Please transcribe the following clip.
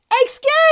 Excuse